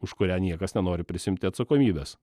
už kurią niekas nenori prisiimti atsakomybės